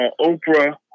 Oprah